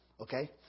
Okay